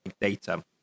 data